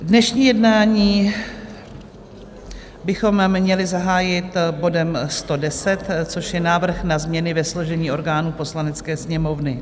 Dnešní jednání bychom měli zahájit bodem 110, což je návrh na změny ve složení orgánů Poslanecké sněmovny.